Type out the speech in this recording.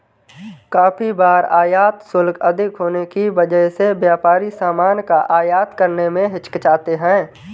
काफी बार आयात शुल्क अधिक होने की वजह से व्यापारी सामान का आयात करने में हिचकिचाते हैं